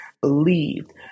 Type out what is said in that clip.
believed